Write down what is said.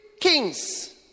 Kings